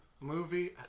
movie